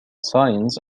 science